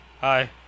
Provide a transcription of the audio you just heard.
Hi